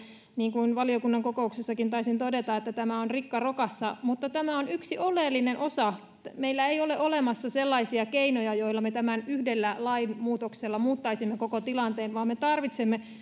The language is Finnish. niin kuin valiokunnan kokouksessakin taisin todeta niin tämä on rikka rokassa mutta tämä on yksi oleellinen osa meillä ei ole olemassa sellaisia keinoja joilla me yhdellä lainmuutoksella muuttaisimme koko tämän tilanteen vaan me tarvitsemme